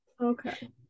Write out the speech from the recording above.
Okay